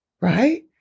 Right